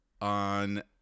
on